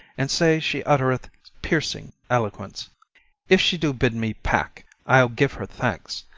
and say she uttereth piercing eloquence if she do bid me pack, i'll give her thanks,